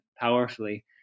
powerfully